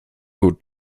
gut